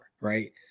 right